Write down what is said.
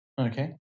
Okay